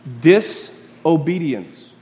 disobedience